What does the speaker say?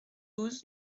douze